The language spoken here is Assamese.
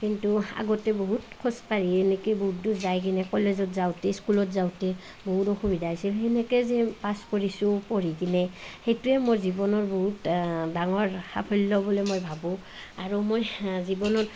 কিন্তু আগতে বহুত খোজকাঢ়িয়েই এনেকেই বহুত দূৰ যাই কিনে কলেজত যাওঁতে স্কুলত যাওঁতে বহুত অসুবিধা হৈছে সেনেকৈ যে পাছ কৰিছোঁ পঢ়ি কিনে সেইটোৱে মোৰ জীৱনৰ বহুত ডাঙৰ সাফল্য বুলি মই ভাবোঁ আৰু মই জীৱনত